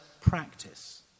practice